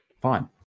fine